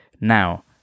Now